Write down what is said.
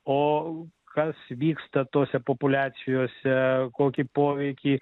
o kas vyksta tose populiacijose kokį poveikį